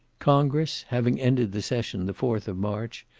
congress, having ended the session the fourth of march,